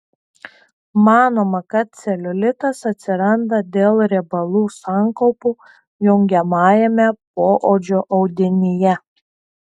manoma kad celiulitas atsiranda dėl riebalų sankaupų jungiamajame poodžio audinyje